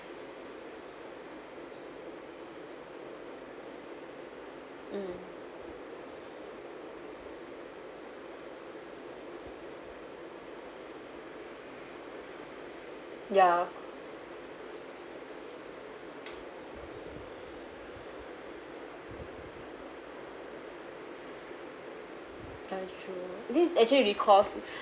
mm ya ya true it is actually recalls